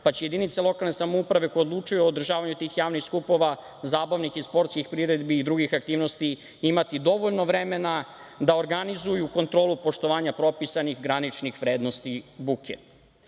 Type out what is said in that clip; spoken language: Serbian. pa će jedinice lokalne samouprave koja odlučuje o održavanju tih javnih skupova, zabavnih i sportskih priredbi i drugih aktivnosti, imati dovoljno vremena da organizuju kontrolu poštovanja propisanih graničnih vrednosti buke. Zakon